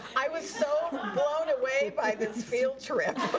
i was so blown away by this field trip